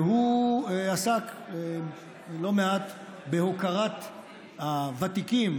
והוא עסק לא מעט בהוקרת הוותיקים,